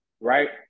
Right